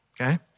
okay